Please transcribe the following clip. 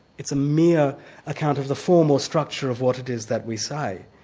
it's a mere account of the formal structure of what it is that we say.